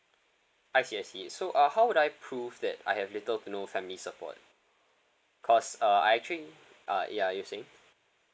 I see I see so uh how would I prove that I have little to no family support cause uh I actually uh ya you were saying